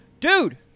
Dude